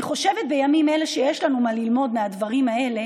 אני חושבת בימים אלה שיש לנו מה ללמוד מהדברים האלה